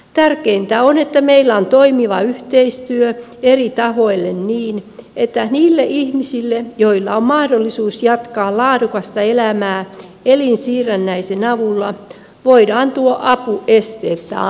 tärkeintä on että meillä on toimiva yhteistyö eri tahoille niin että niille ihmisille joilla on mahdollisuus jatkaa laadukasta elämää elinsiirrännäisen avulla voidaan tuo apu esteettä antaa